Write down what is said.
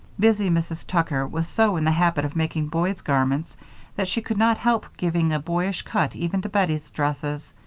busy mrs. tucker was so in the habit of making boys' garments that she could not help giving a boyish cut even to bettie's dresses.